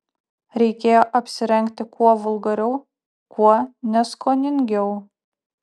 reikėjo apsirengti kuo vulgariau kuo neskoningiau